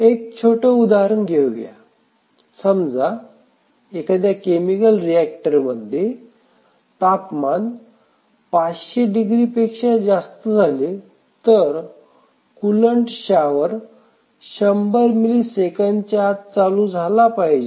एक छोट उदाहरण घेऊया समजा एखाद्या केमिकल रिएक्टरमध्ये तापमान 500 डिग्री पेक्षा जास्त झाले तर कूलंट शॉवर शंभर मिली सेकंदाच्या आत चालू झाला पाहिजे